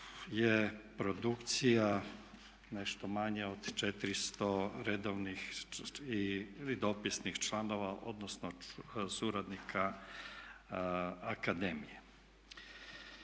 je produkcija nešto manje od 400 redovnih ili dopisnih članova, odnosno suradnika akademije.